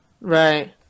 Right